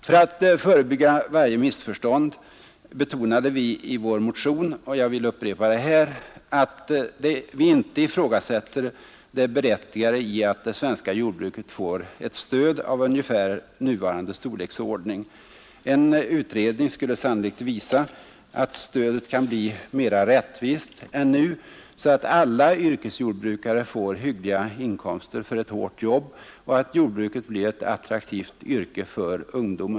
För att förebygga varje missförstånd betonade vi i vår motion — och jag vill upprepa det här — att vi inte ifrågasätter det berättigade i att det svenska jordbruket får ett stöd av ungefär nuvarande storleksordning. En utredning skulle sannolikt visa att stödet kan bli mera rättvist än nu, så att alla yrkesjordbrukare får hyggliga inkomster för ett hårt jobb och jordbruket blir ett attraktivt yrke för ungdomen.